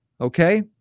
Okay